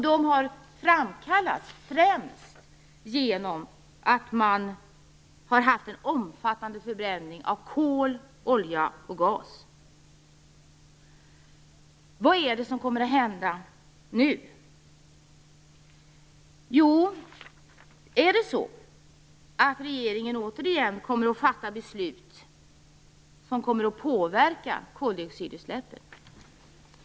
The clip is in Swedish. De har framkallats främst genom att man har haft en omfattande förbränning av kol, olja och gas. Vad är det som kommer att hända nu? Kommer regeringen återigen att fatta beslut som kommer att påverka koldioxidutsläppen?